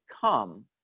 come